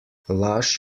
laž